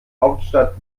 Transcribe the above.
hauptstadt